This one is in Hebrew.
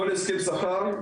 כל הסכם שכר,